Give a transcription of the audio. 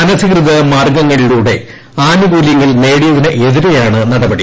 അനധികൃത മാർഗ്ഗങ്ങളിലൂടെ ആനുകൂല്യങ്ങൾ നേടിയതിനെതിരെയാണ് നടപടി